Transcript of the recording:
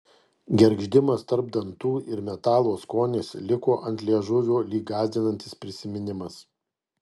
gergždimas tarp dantų ir metalo skonis liko ant liežuvio lyg gąsdinantis prisiminimas